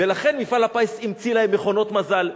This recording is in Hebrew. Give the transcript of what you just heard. ולכן מפעל הפיס המציא להם מכונות מזל.